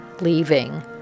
leaving